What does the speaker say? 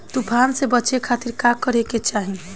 तूफान से बचे खातिर का करे के चाहीं?